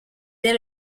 dès